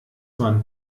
man